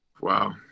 Wow